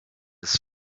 his